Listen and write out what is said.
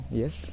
yes